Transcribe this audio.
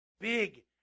Big